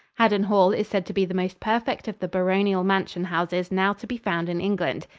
haddon hall is said to be the most perfect of the baronial mansion houses now to be found in england.